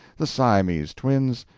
the siamese twins,